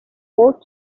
four